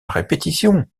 répétition